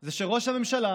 הוא שראש הממשלה